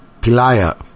Pilaya